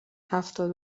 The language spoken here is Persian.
هفتاد